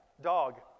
Dog